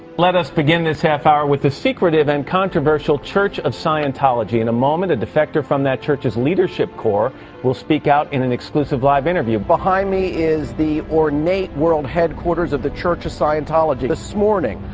let us begin this half hour with the secretive and controversial church of scientology. in a moment, a defector from that church's leadership core will speak out in an exclusive live interview. behind me is the ornate world headquarters of the church of scientology. this morning,